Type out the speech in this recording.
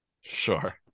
Sure